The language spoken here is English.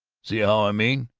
see how i mean?